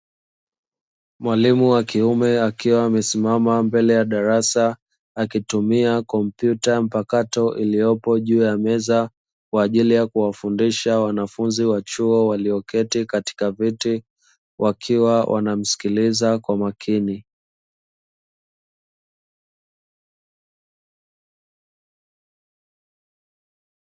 Mwalimu wa kiume akiwa amesimama mbele ya darasa, akitumia kompyuta mpakato iliyopo juu ya meza kwa ajili ya kuwafundisha wanafunzi wa chuo, walioketi katika viti wakiwa wanamsikiliza kwa makini.